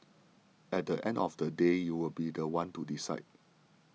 at the end of the day you will be the one to decide